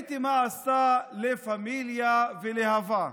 ראיתי מה עשו לה פמיליה ולהב"ה.